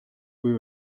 kui